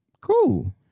cool